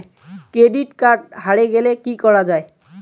Credit card হারে গেলে কি করা য়ায়?